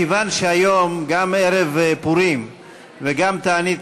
מכיוון שהיום גם ערב פורים וגם תענית